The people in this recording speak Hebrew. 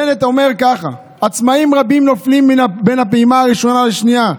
בנט אומר ככה: "עצמאים רבים נופלים בין הפעימה הראשונה לשנייה",